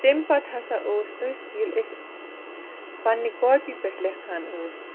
تمہِ پَتہٕ ہَسا اوس أسۍ ییٚلہِ أسۍ پَنٛنہِ کاپی پٮ۪ٹھ لیکھان ٲسۍ